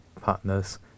partners